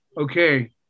okay